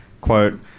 quote